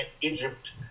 Egypt